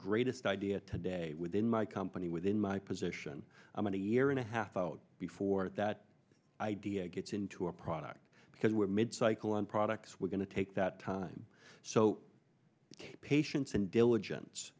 greatest idea today within my company within my position i'm a year and a half out before that idea gets into a product because we're mid cycle and products we're going to take that time so patience and diligence